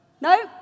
No